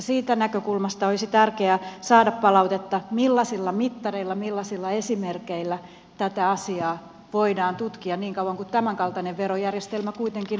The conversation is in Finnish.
siitä näkökulmasta olisi tärkeää saada palautetta millaisilla mittareilla millaisilla esimerkeillä tätä asiaa voidaan tutkia niin kauan kuin tämänkaltainen verojärjestelmä kuitenkin on tosiasia